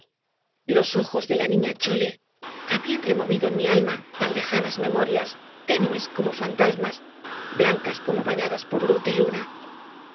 los ojos de la niña chole habían removido en mi alma tan lejanas memorias tenues como fantasmas blancas como bañadas por luz de luna